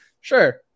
sure